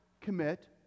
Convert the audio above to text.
commit